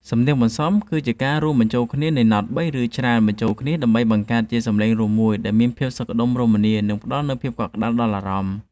សំនៀងបន្សំ គឺជាការរួមបញ្ចូលគ្នានៃណោតបី ឬច្រើនបញ្ចូលគ្នាដើម្បីបង្កើតជាសម្លេងរួមមួយដែលមានភាពសុខដុមរមនា និងផ្តល់នូវភាពកក់ក្តៅដល់អារម្មណ៍។